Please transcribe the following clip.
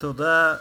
תודה.